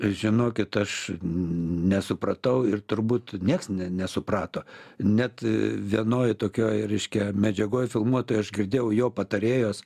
žinokit aš nesupratau ir turbūt nieks ne nesuprato net vienoj tokioj reiškia medžiagoj filmuotoj aš girdėjau jo patarėjos